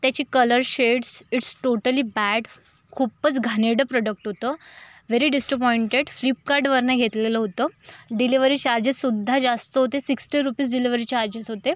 त्याची colour shades it's totally bad खूपच घाणेरडे प्रॉडक्ट होतं व्हेरी डिस्टअपॉइंटेड फ्लिपकार्डवरनं घेतलेलं होतं डिलीवरी चार्जेससुद्धा जास्त होते सिक्स्टी रूपीज डिलीवरी चार्जीस होते